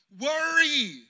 Worry